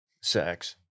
sex